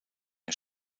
een